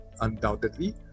Undoubtedly